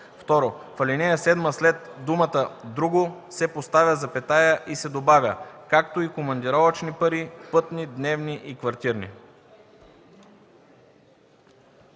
2. В ал. 7 след думата „друго“ се поставя запетая и се добавя: „както и командировъчни пари – пътни, дневни и квартирни”.”